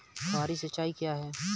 फुहारी सिंचाई क्या है?